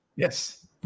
Yes